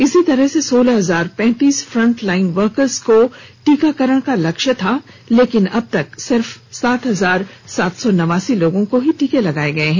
इसी तरह से सोलह हजार पैंतीस फ़ंटलाइन वर्करों को टीकाकरण का लक्ष्य रखा गया है लेकिन अबतक सिर्फ सात हजार सात सौ नवासी लोगों को ही टीका लगाया गया है